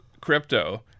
crypto